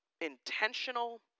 intentional